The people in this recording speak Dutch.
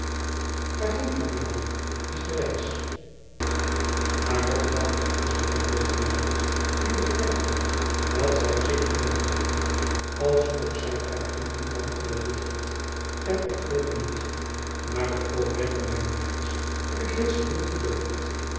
aarheen vroeg is de reis aar otterdam was het antwoord van die begrijpende dat zij zich houden wilde als of zij er hem niet van onderrigt had er op volgen liet maar het oogmerk van mijne reis heb ik reeds gedeeltelijk bereikt